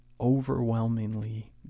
overwhelmingly